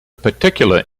particular